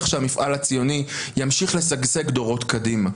שהמפעל הציוני ימשיך לשגשג דורות קדימה.